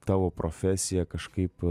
tavo profesija kažkaip